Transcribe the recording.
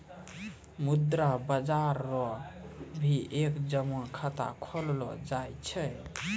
मुद्रा बाजार रो भी एक जमा खाता खोललो जाय छै